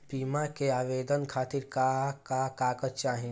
बीमा के लिए आवेदन खातिर का का कागज चाहि?